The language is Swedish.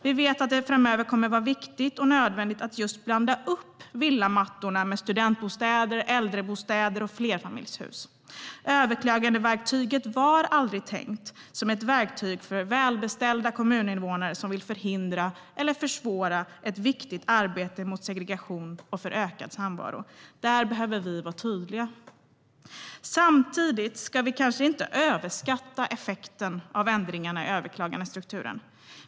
Vi vet att det framöver kommer att vara viktigt och nödvändigt att just blanda upp villamattorna med studentbostäder, äldrebostäder och flerfamiljshus. Överklagandeverktyget var aldrig tänkt som ett verktyg för välbeställda kommuninvånare som vill förhindra eller försvåra ett viktigt arbete mot segregation och för ökad samvaro. Där behöver vi vara tydliga. Samtidigt ska vi kanske inte överskatta effekten av ändringar i överklagandestrukturen.